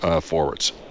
forwards